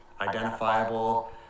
identifiable